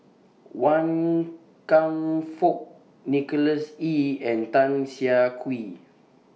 Wan Kam Fook Nicholas Ee and Tan Siah Kwee